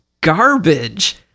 garbage